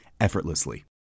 effortlessly